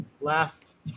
last